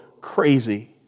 crazy